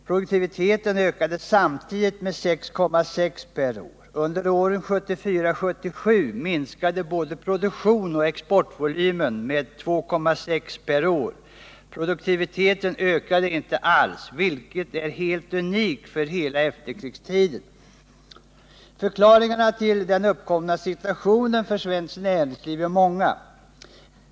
Produktiviteten ökade samtidigt med 6,6 96 per år. Under åren 1974-1977 minskade både produktion och exportvolym med 2,6 96 per år. Produktiviteten ökade inte alls, vilket är helt unikt för hela efterkrigstiden. Förklaringarna till den uppkomna situationen för svenskt näringsliv är många.